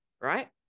right